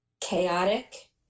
chaotic